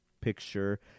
picture